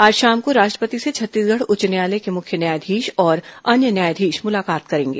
आज शाम को राष्ट्रपति से छत्तीसगढ़ उच्च न्यायालय के मुख्य न्यायाधीश और अन्य न्यायाधीश मलाकात करेंगे